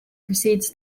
precedes